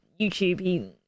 youtube